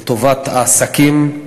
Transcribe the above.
בטובת העסקים,